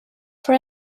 for